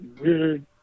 weird